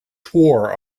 tore